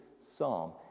psalm